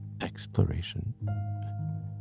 Exploration